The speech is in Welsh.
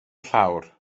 llawr